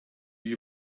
you